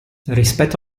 rispetto